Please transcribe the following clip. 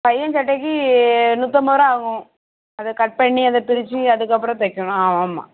பையன் சட்டைக்கு நூற்றம்பதுரூபா ஆகும் அதை கட் பண்ணி அதை பிரித்து அதுக்கப்புறம் தைக்கணும் ஆமாம் ஆமாம்